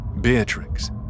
Beatrix